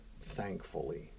thankfully